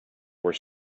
were